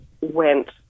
went